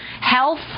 Health